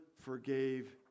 forgave